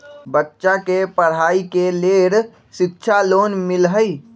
बच्चा के पढ़ाई के लेर शिक्षा लोन मिलहई?